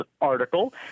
article